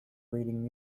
reading